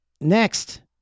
next